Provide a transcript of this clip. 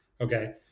okay